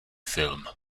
film